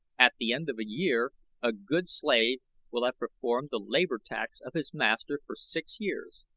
at the end of a year a good slave will have performed the labor tax of his master for six years,